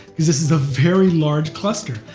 because this is a very large cluster,